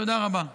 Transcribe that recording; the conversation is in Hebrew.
תודה רבה.